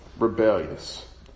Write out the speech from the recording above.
rebellious